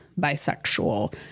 bisexual